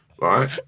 right